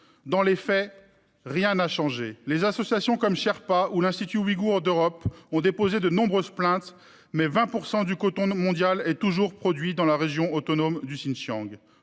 Dans les faits, rien n'a changé. Les associations, comme Sherpa ou l'Institut ouïghour d'Europe, ont déposé de nombreuses plaintes, mais 20 % du coton mondial est toujours produit dans la région autonome du Xinjiang.